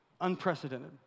Unprecedented